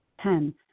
Ten